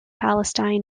palestine